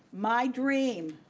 my dream,